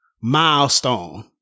milestone